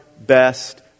best